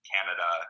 Canada